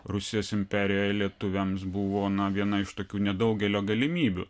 rusijos imperijoje lietuviams buvo viena iš tokių nedaugelio galimybių